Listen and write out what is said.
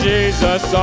Jesus